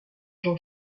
jean